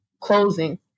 closing